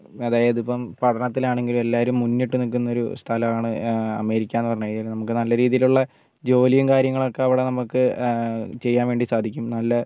അതായത് ഇപ്പം പഠനത്തിൽ ആണെങ്കിലും എല്ലാരും മുന്നിട്ട് നിൽക്കുന്ന ഒരു സ്ഥലമാണ് അമേരിക്ക എന്ന് പറഞ്ഞുകഴിഞ്ഞാൽ നമുക്ക് നല്ല രീതിയിൽ ഉള്ള ജോലിയും കാര്യങ്ങളും ഒക്കെ അവിടെ നമുക്ക് ചെയ്യാൻ വേണ്ടി സാധിക്കും നല്ല